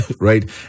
right